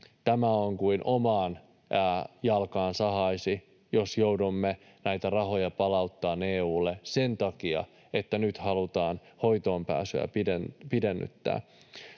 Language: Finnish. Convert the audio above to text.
Tämä on kuin omaan jalkaan sahaisi, jos joudumme näitä rahoja palauttamaan EU:lle sen takia, että nyt halutaan hoitoonpääsyä pidennyttää.